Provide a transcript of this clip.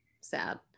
Sad